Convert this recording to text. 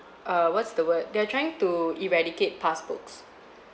err what's the word they are trying to eradicate passbooks